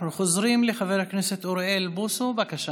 אנחנו חוזרים לחבר הכנסת אוריאל בוסו, בבקשה.